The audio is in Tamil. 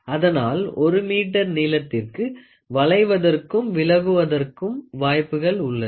அதனால் ஒரு மீட்டர் நீளத்திற்கு வளைவதற்கும் விலகுவதற்கும் வாய்ப்புகள் உள்ளது